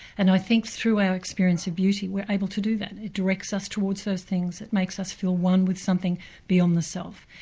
and i think through our experience of beauty, we're able to do that it directs us towards those things it makes us feel one with something beyond the self.